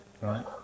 right